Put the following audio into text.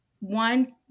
one